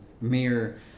mere